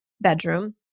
bedroom